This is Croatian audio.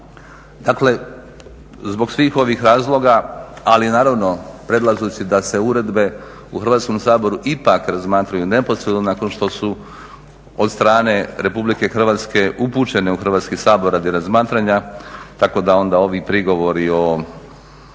Dakle, zbog svih ovih razloga ali naravno predlažući da se uredbe u Hrvatskom saboru ipak razmatraju neposredno nakon što su od strane RH upućene u Hrvatski sabor radi razmatranja tako da onda ovi prigovori o tome